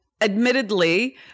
admittedly